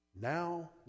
Now